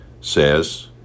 says